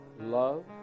love